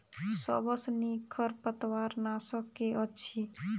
सबसँ नीक खरपतवार नाशक केँ अछि?